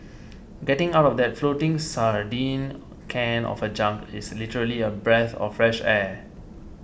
getting out of that floating sardine can of a junk is literally a breath of fresh air